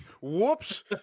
Whoops